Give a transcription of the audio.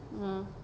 uh